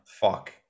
Fuck